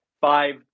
five